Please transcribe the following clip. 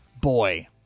Boy